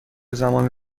زمانی